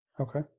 Okay